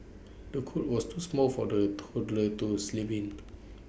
the cot was too small for the toddler to sleep in